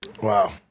Wow